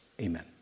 Amen